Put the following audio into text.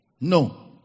No